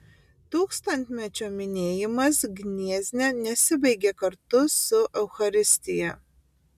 tūkstantmečio minėjimas gniezne nesibaigė kartu su eucharistija